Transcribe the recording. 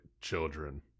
children